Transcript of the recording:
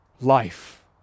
life